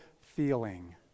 feeling